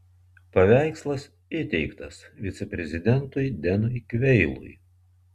paveikslas įteiktas viceprezidentui denui kveilui